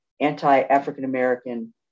anti-African-American